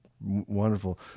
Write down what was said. wonderful